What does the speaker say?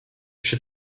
przy